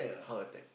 heart attack